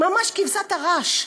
ממש כבשת הרש.